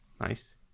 Nice